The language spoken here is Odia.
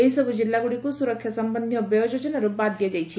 ଏହି ସବ୍ ଜିଲ୍ଲାଗୁଡ଼ିକୁ ସୁରକ୍ଷା ସମ୍ମକ୍ଷୀୟ ବ୍ୟୟ ଯୋଜନାରୁ ବାଦ୍ ଦିଆଯାଇଛି